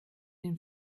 den